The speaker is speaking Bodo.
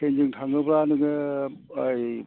ट्रैनजों थाङोबा नोङो